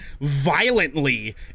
violently